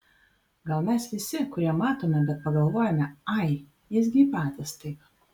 gal mes visi kurie matome bet pagalvojame ai jis gi įpratęs taip